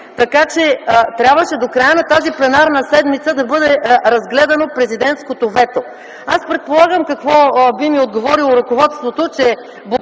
така че трябваше до края на тази пленарна седмица да бъде разгледано президентското вето. Предполагам какво би ми отговорило ръководството